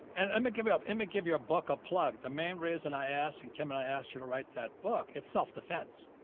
and um give me up, imma give you a book, a plug. the main reason i asked and kim and i asked you to write that book. it's, self-defense